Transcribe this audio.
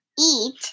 eat